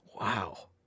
Wow